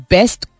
Best